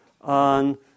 on